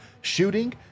shooting